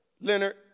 Leonard